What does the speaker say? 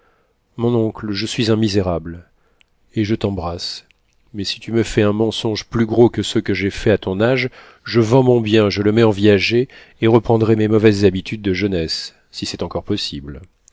mon oncle je suis un misérable et je t'embrasse mais si tu me fais un mensonge plus gros que ceux que j'ai faits à ton âge je vends mon bien je le mets en viager et reprendrai mes mauvaises habitudes de jeunesse si c'est encore possible